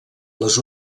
les